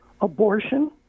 abortion